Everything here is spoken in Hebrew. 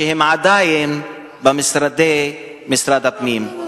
שהן עדיין במשרדי משרד הפנים.